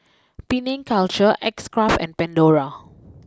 Penang culture X Craft and Pandora